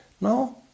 No